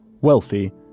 wealthy